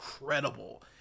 incredible